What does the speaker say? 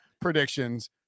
predictions